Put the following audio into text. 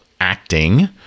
acting